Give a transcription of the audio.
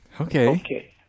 okay